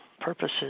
purposes